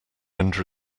end